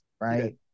right